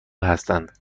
هستند